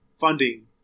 funding